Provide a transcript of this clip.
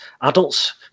adults